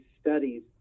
studies